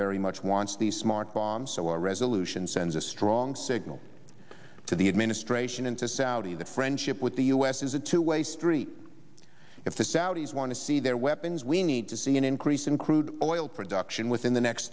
very much wants the smart bomb so our resolution sends a strong signal to the administration and to saudi that friendship with the u s is a two way street if the saudis want to see their weapons we need to see an increase in crude oil production within the next